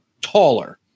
taller